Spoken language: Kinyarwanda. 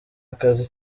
akazi